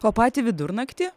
o patį vidurnaktį